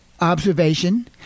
observation